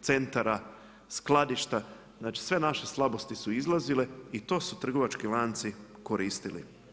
centara, skladišta znači sve naše slabosti su izlazile i to su trgovački lanci koristili.